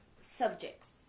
Subjects